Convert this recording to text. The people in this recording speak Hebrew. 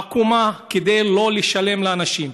עקומה, כדי שלא לשלם לאנשים.